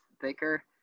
thicker